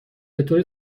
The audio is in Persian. بطور